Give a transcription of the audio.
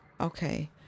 Okay